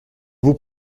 vous